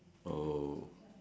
oh